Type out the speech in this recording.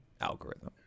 algorithm